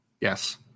Yes